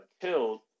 killed